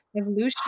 Evolution